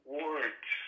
words